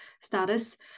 status